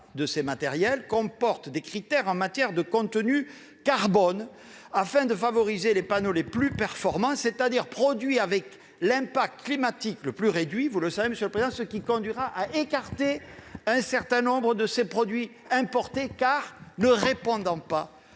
de ces matériels comportent des critères en matière de contenu carbone, afin de favoriser les panneaux les plus performants, c'est-à-dire produits avec l'impact climatique le plus réduit, ce qui conduira, vous le savez, à écarter un certain nombre de ces produits importés qui ne répondent pas